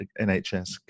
NHS